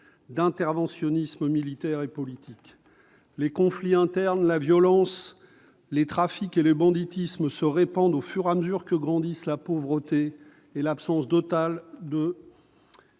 d'interventionnisme militaire et politique. Les conflits internes, la violence, les trafics et le banditisme se répandent au fur et à mesure que grandissent la pauvreté et l'absence totale de